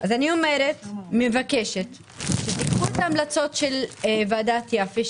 אני מבקשת שתיקחו את ההמלצות של ועדת יפה.